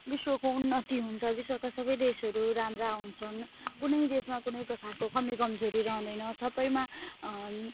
विश्वको उन्नति हुन्छ विश्वका सबै देशहरू राम्रा हुन्छन् कुनै देशमा कुनै प्रकारको कमी कमजोरी रहँदैन सबैमा